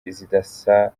zidasanzwe